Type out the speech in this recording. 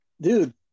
dude